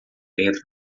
dentro